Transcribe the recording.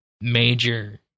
major